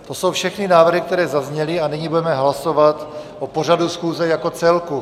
To jsou všechny návrhy, které zazněly, a nyní budeme hlasovat o pořadu schůze jako celku.